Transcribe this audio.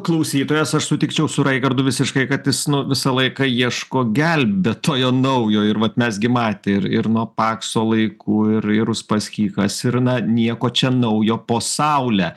klausytojas aš sutikčiau su raigardu visiškai kad jis nu visą laiką ieško gelbėtojo naujo ir vat mes gi mat ir ir nuo pakso laikų ir ir uspaskichas ir na nieko čia naujo po saule